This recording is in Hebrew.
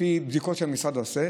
לפי בדיקות שהמשרד עושה,